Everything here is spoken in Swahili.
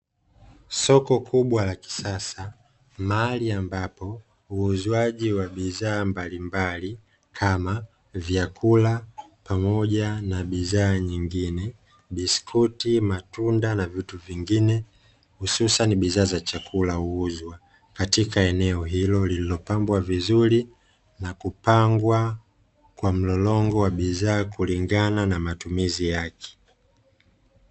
Soko kubwa la kisasa mahali ambapo uuzwaji wa bidhaa mbalimbali kama; vyakula pamoja na bidhaa nyingine biskuti, matunda, na vitu vingine hususani bidhaa za chakula huuzwa, katika eneo hilo lililopambwa vizuri, na kupangwa kwa mlolongo wa bidhaa kulingana na matumizi yake.